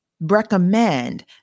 recommend